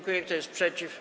Kto jest przeciw?